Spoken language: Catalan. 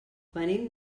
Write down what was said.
venim